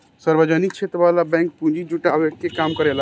सार्वजनिक क्षेत्र वाला बैंक पूंजी जुटावे के काम करेला